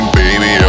baby